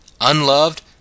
unloved